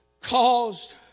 caused